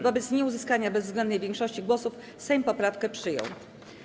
Wobec nieuzyskania bezwzględnej większości głosów Sejm poprawkę przyjął.